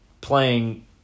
playing